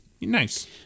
Nice